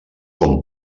com